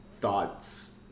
thoughts